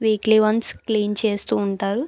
weekly once clean చేస్తూ ఉంటారు